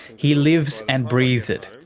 he lives and breathes it.